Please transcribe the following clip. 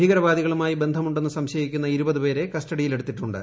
ഭീകരവാദികളുമായി ബന്ധമുണ്ടെന്നു സംശയിക്കുന്ന ഇരുപതുപേരെ കസ്റ്റഡിയിലെടുത്തിട്ടുണ്ട്